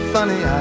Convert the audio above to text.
Funny